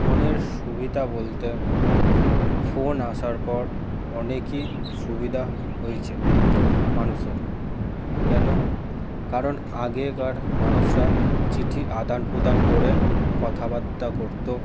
ফোনের সুবিধা বলতে ফোন আসার পর অনেকই সুবিধা হয়েছে মানুষের কেন কারণ আগেকার মানুষরা চিঠি আদান প্রদান করে কথাবার্তা করতো